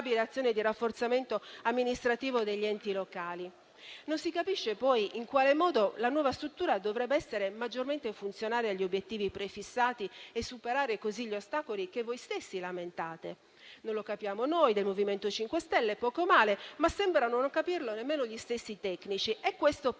Non si capisce poi in quale modo la nuova struttura dovrebbe essere maggiormente funzionale agli obiettivi prefissati e superare così gli ostacoli che voi stessi lamentate. Non lo capiamo noi del MoVimento 5 Stelle (poco male), ma sembrano non capirlo nemmeno gli stessi tecnici e questo preoccupa